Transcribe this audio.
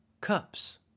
cups